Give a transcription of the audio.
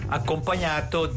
accompagnato